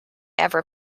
ever